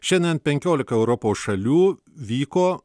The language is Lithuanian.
šiandien penkiolika europos šalių vyko